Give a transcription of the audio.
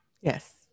Yes